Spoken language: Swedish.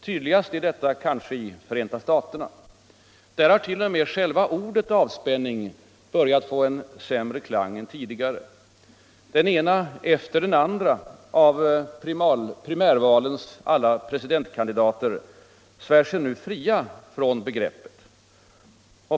Tydligast är detta kanske i Förenta staterna. Där har t.o.m.själva ordet avspänning börjat få en sämre klang än tidigare. Den ena efter den andra av primärvalens alla presidentkandidater svär sig nu fri från begreppet.